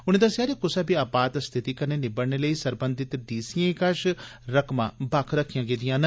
उनें दस्सेया जे कुसै बी आपात स्थिति कन्नै निबड़ने लेई सरबंधित डीसीएं कश रकमां बक्ख रक्खियां गेदियां न